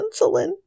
insulin